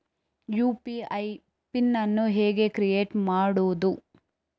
UPI PIN ಅನ್ನು ಹೇಗೆ create ಮಾಡುದು?